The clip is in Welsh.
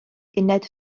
uned